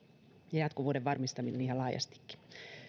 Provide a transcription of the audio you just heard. ja jatkuvuuden varmistaminen ihan laajastikin